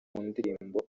ndirimbo